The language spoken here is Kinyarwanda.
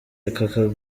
aka